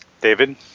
David